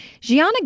Gianna